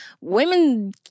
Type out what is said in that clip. women